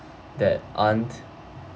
that aren't